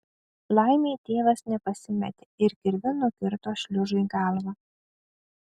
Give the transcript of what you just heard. laimė tėvas nepasimetė ir kirviu nukirto šliužui galvą